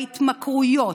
בהתמכרויות,